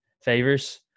favors